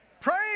Praise